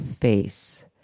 face